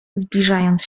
zbliżając